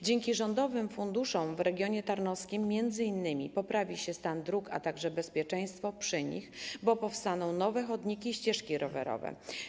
Dzięki rządowym funduszom w regionie tarnowskim m.in. poprawi się stan dróg, a także bezpieczeństwo przy nich, bo powstaną nowe chodniki i ścieżki rowerowe.